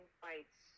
fights